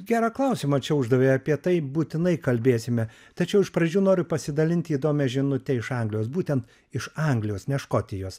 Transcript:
gerą klausimą čia uždavei apie tai būtinai kalbėsime tačiau iš pradžių noriu pasidalinti įdomia žinute iš anglijos būtent iš anglijos ne škotijos